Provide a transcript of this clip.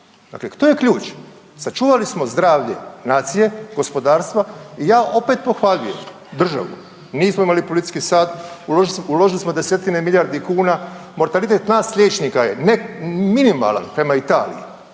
Dakle, to je ključ. Sačuvali smo zdravlje nacije, gospodarstva i ja opet pohvaljujem državu, nismo imali policijski sat, uložili smo desetine milijardi kuna, mortalitet nas liječnika je minimalan prema Italiji.